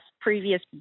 previous